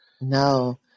No